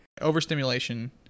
Overstimulation